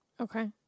Okay